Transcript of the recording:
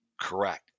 Correct